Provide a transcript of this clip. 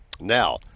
Now